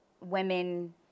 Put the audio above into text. women